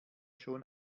schon